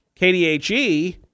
KDHE